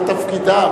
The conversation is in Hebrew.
זה תפקידם,